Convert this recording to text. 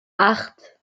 acht